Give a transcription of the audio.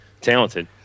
talented